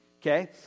okay